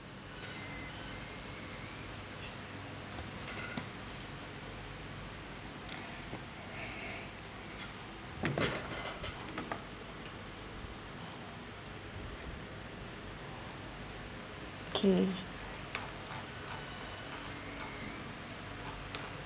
okay